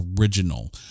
original